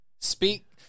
Speak